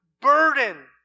burden